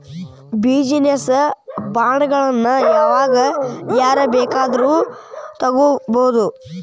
Business ಬಾಂಡ್ಗಳನ್ನ ಯಾವಾಗ್ ಯಾರ್ ಬೇಕಾದ್ರು ತಗೊಬೊದು?